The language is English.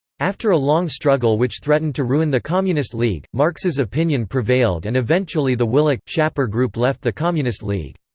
after a long struggle which threatened to ruin the communist league, marx's opinion prevailed and eventually the willich schapper group left the communist league.